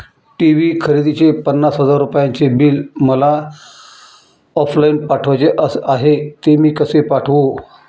TV खरेदीचे पन्नास हजार रुपयांचे बिल मला ऑफलाईन पाठवायचे आहे, ते मी कसे पाठवू?